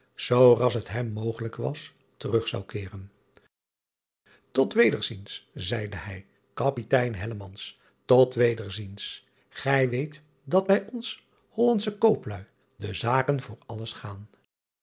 ras het hem mogelijk was terug zou keeren ot wederziens zeide hij apitein tot wederziens gij weet dat bij ons ollandsche oopluî de zaken voor alles gaan